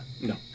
No